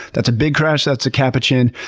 that's a big crash, that's a capuchin.